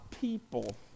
people